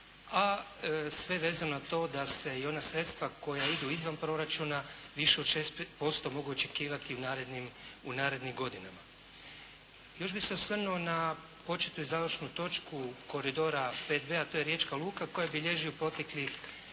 A sve vezuje na to da se i ona sredstva koja idu izvan proračuna više od 6% mogu očekivati u narednim, u narednim godinama. Još bih se osvrnuo na početnu i završnu točku koridora 5B a to je Riječka luka koja bilježi u proteklih